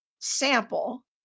sample